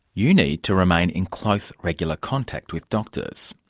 you need to remain in close regular contact with doctors.